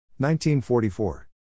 1944